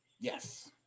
yes